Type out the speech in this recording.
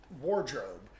wardrobe